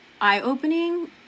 eye-opening